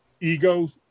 ego